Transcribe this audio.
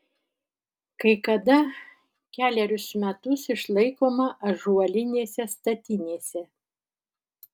kai kada kelerius metus išlaikoma ąžuolinėse statinėse